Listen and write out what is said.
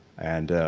and